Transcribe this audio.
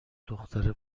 دختره